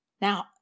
Now